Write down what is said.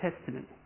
Testament